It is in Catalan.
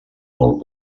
molt